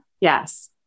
Yes